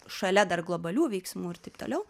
šalia dar globalių veiksmų ir taip toliau